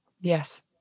Yes